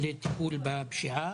לטיפול בפשיעה.